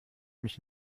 mich